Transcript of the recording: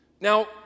Now